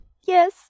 Yes